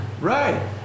Right